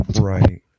Right